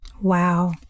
Wow